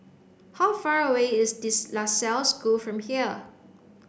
how far away is this La Salle School from here